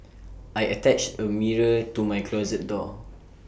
I attached A mirror to my closet door